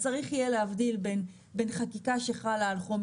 אז צריך יהיה להבדיל בין חקיקה שחלה על חומר